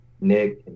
nick